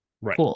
Right